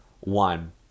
one